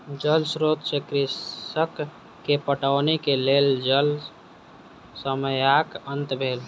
जल स्रोत से कृषक के पटौनी के लेल जल समस्याक अंत भेल